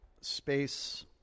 space